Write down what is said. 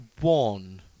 one